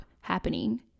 happening